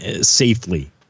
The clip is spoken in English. safely